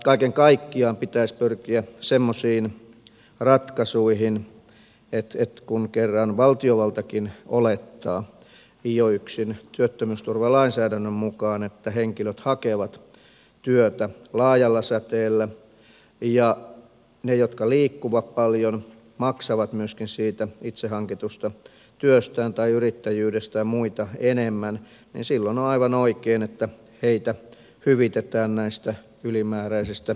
kaiken kaikkiaan pitäisi pyrkiä semmoisiin ratkaisuihin että kun kerran valtiovaltakin olettaa jo yksin työttömyysturvalainsäädännön mukaan että henkilöt hakevat työtä laajalla säteellä ja ne jotka liikkuvat paljon maksavat myöskin siitä itse hankitusta työstään tai yrittäjyydestään muita enemmän niin silloin on aivan oikein että heitä hyvitetään näistä ylimääräisistä tulonhankkimiskuluista